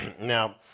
Now